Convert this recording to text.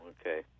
Okay